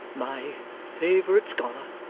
my favourite scholar